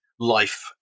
life